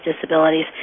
disabilities